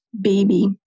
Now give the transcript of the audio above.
baby